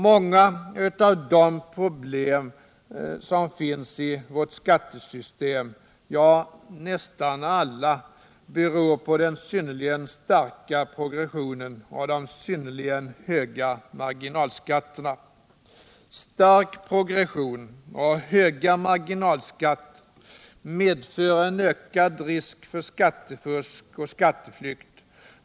Många av de problem som finns i vårt skattesystem — ja, nästan alla — beror på den synnerligen starka progressionen och de synnerligen höga marginalskatterna. Stark progression och hög marginalskatt medför ökad risk för skattefusk och skatteflykt.